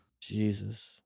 Jesus